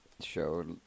show